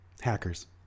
hackers